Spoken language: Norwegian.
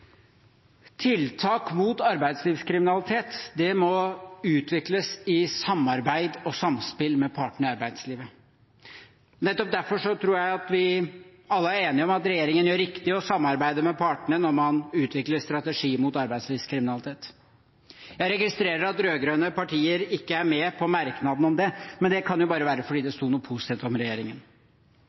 Tiltak mot arbeidslivskriminalitet må utvikles i samarbeid og i samspill med partene i arbeidslivet. Nettopp derfor tror jeg at vi alle er enige om at regjeringen gjør riktig i å samarbeide med partene når man utvikler en strategi mot arbeidslivskriminalitet. Jeg registrerer at rød-grønne partier ikke er med på merknaden om det, men det kan jo bare være fordi det sto noe positivt om regjeringen.